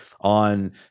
on